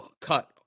cut